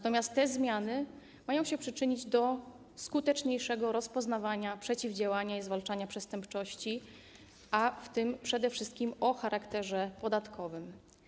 Te zmiany mają się przyczynić do skuteczniejszego rozpoznawania, przeciwdziałania i zwalczania przestępczości, przede wszystkim przestępczości o charakterze podatkowym.